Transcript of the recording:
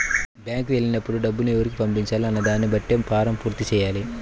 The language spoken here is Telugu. బ్యేంకుకి వెళ్ళినప్పుడు డబ్బుని ఎవరికి పంపించాలి అన్న దానిని బట్టే ఫారమ్ పూర్తి చెయ్యాలి